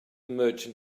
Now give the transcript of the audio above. merchant